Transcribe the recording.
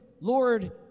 Lord